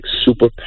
super